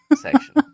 section